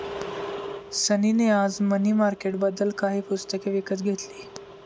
सनी ने आज मनी मार्केटबद्दल काही पुस्तके विकत घेतली